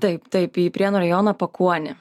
taip taip į prienų rajoną pakuonį